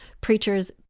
preachers